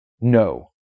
no